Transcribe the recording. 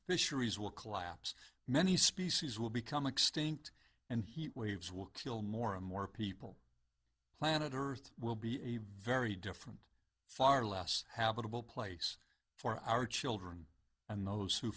fisheries will collapse many species will become extinct and heat waves will kill more and more people planet earth will be a very different far less habitable place for our children and those who